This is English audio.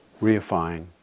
reifying